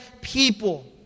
people